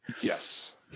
Yes